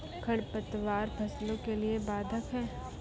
खडपतवार फसलों के लिए बाधक हैं?